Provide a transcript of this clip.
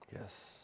Yes